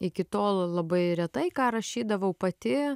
iki tol labai retai ką rašydavau pati